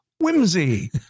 Whimsy